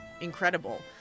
incredible